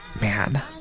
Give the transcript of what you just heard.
Man